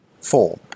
Four